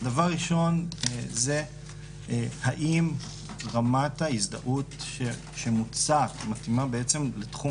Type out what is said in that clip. דבר ראשון זה האם רמת ההזדהות שמתאימה לתחום